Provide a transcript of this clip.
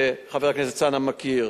שחבר הכנסת אלסאנע מכיר.